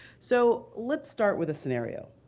so let's start with a scenario.